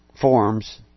forms